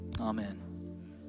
Amen